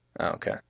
okay